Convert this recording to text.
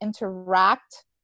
interact